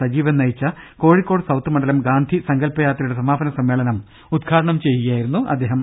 സജീവൻ നയിച്ച കോഴിക്കോട് സൌത്ത് മണ്ഡലം ഗാന്ധി സങ്ക ല്പയാത്രയുടെ സമാപന സമ്മേളനം ഉദ്ഘാടനം ചെയ്യുകയായിരുന്നു അദ്ദേഹം